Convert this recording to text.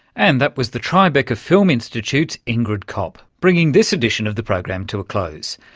and that was the tribeca so film institute's ingrid kopp, bringing this edition of the program to a close.